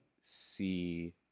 see